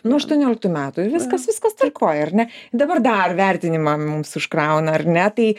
nuo aštuonioliktų metų i viskas viskas tvarkoj ar ne dabar dar vertinimą mums užkrauna ar ne tai